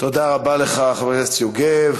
רבה לך, חבר הכנסת יוגב.